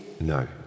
No